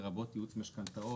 לרבות ייעוץ משכנתאות".